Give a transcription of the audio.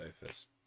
sofas